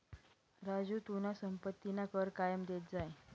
राजू तू तुना संपत्तीना कर कायम देत जाय